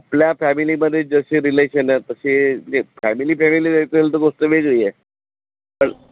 आपल्या फॅमिलीमध्ये जसे रिलेशन आहे तसे फॅमिली फॅमिली जायचं असलं तर गोष्ट वेगळी आहे पण